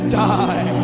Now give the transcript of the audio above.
die